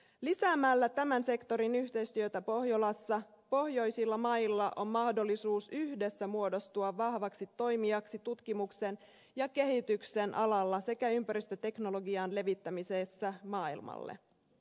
lisäämällä tämän sektorin yhteistyötä pohjolassa pohjoisilla mailla on mahdollisuus yhdessä muodostua vahvaksi toimijaksi tutkimuksen ja kehityksen alalla sekä ympäristöteknologian levittämisessä maailmalle